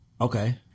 Okay